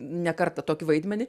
ne kartą tokį vaidmenį